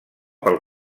pel